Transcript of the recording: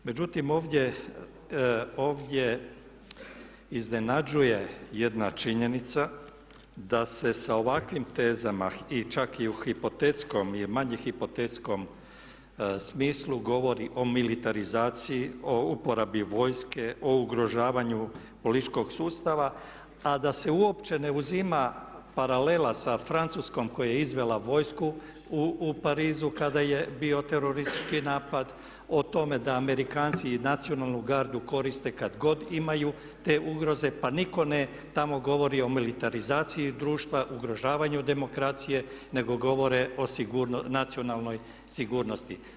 Međutim, ovdje iznenađuje jedna činjenica da se sa ovakvim tezama čak i u hipotetskom i manje hipotetskom smislu govori o militarizaciji, o uporabi vojske, o ugrožavanju političkog sustava, a da se uopće ne uzima paralela sa Francuskom koja je izvela vojsku u Parizu kada je bio teroristički napad, o tome da Amerikanci i nacionalnu gardu koriste kad god imaju te ugroze pa nitko tamo ne govori o militarizaciji društva, ugrožavanju demokracije, nego govore o nacionalnoj sigurnosti.